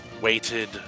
waited